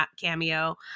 cameo